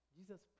Jesus